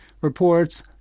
reports